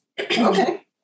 okay